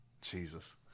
Jesus